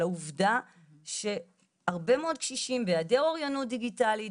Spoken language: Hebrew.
על העובדה שהרבה מאוד קשישים והיעדר אוריינות דיגיטלית